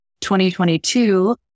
2022